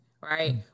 right